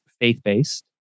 faith-based